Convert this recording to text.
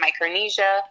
Micronesia